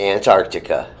Antarctica